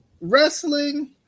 wrestling